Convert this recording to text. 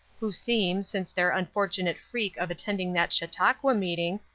who seem, since their unfortunate freak of attending that chautauqua meeting,